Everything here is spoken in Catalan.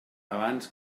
abans